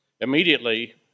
Immediately